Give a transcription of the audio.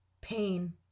pain